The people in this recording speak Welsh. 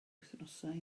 wythnosau